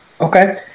Okay